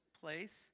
place